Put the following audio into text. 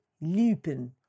Lupin